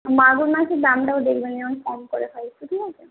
মাগুর মাছের দামটাও দেখবেন যেন কম করে হয় ঠিক আছে